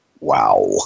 wow